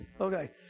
Okay